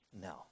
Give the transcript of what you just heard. No